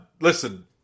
Listen